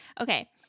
Okay